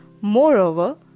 moreover